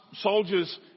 soldiers